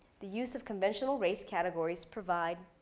the use of conventional race categories provide